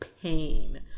pain